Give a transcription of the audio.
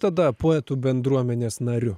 poetu bendruomenės nariu